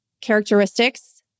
characteristics